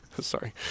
sorry